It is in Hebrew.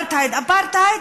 אפרטהייד,